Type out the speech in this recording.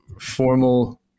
formal